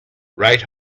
right